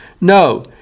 No